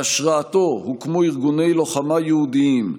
בהשראתו הוקמו ארגוני לוחמה יהודיים,